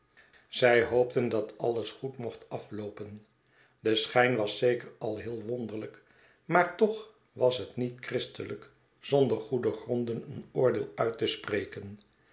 zij boopten dat alles schetsen van boz goed mocht afloopen de schijn was zeker al heel wonderlijk maar toch was het niet christelijk zonder goede gronden een oordeel uitte spreken